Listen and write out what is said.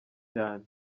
cyane